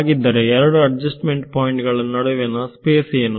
ಹಾಗಿದ್ದರೆ ಎರಡು adjustment point ಗಳ ನಡುವಿನ ಸ್ಪೇಸ್ ಏನು